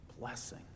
blessing